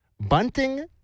Bunting